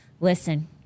listen